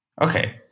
Okay